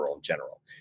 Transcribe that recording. general